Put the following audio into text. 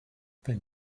wenn